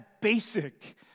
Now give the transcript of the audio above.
basic